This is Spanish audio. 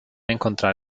encontrar